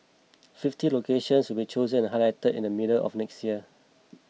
fifty locations will chosen and highlighted in the middle of next year